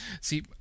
See